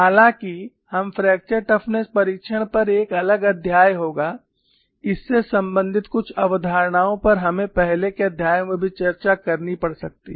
हालांकि हम fracture toughness परीक्षण पर एक अलग अध्याय होगा इससे संबंधित कुछ अवधारणाओं पर हमें पहले के अध्यायों में भी चर्चा करनी पड़ सकती है